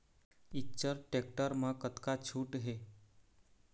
Eicher tractor म कतका छूट हे?